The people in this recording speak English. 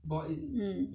mm